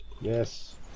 yes